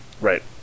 Right